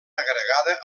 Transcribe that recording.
agregada